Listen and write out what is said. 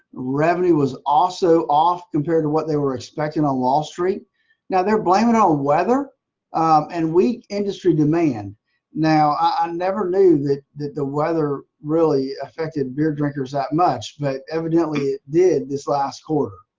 revenue was also off compared to what they were expecting on wall stree t now they're blaming on weather and weak industry demand now i never knew that that the weather really affected beer drinkers that much but evidently it did this last quarter